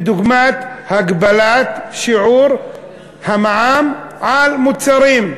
דוגמת הגבלת שיעור המע"מ על מוצרים,